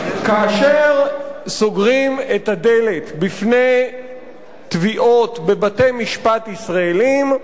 כאשר סוגרים את הדלת בפני תביעות בבתי-משפט ישראליים,